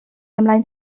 ymlaen